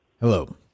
Hello